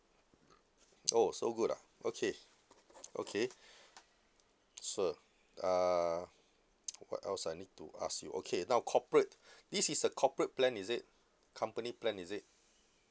oh so good ah okay okay so uh what else I need to ask you okay now corporate this is a corporate plan is it company plan is it